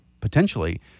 potentially